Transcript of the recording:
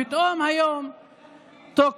פתאום היום תוקפים: